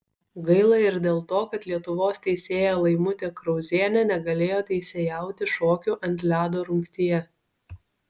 gaila ir dėl to kad lietuvos teisėja laimutė krauzienė negalėjo teisėjauti šokių ant ledo rungtyje